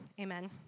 Amen